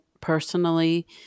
personally